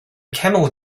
camel